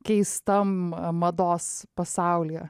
keistam mados pasaulyje